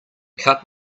cup